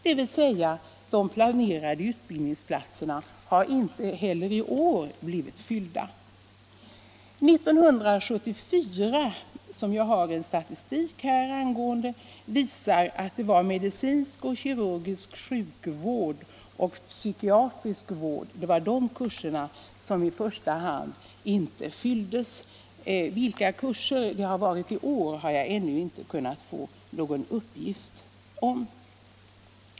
De planerade utbildningsplatserna har alltså inte heller i år blivit fyllda. Statistiken för 1974 visar att det då var kurserna i medicinsk och kirurgisk sjukvård och i psykiatrisk vård som i första hand inte fylldes. Vilka kurser det är som i år inte har blivit fyllda har jag ännu inte kunnat få någon uppgift om.